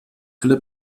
alle